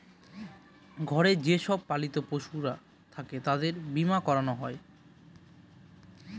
ঘরে যে সব পালিত পশুরা থাকে তাদের বীমা করানো হয়